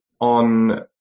on